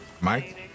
Mike